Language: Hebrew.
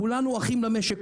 כולנו אחים במשק,